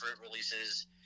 releases